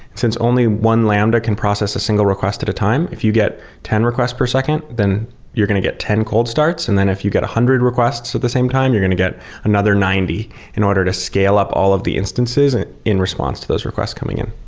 since only one lambda can process a single request at a time, if you get ten requests per second, then you're going to get ten cold starts. and then if you get one hundred requests at the same time, you're going to get another ninety in order to scale up all of the instances and in response to those requests coming in.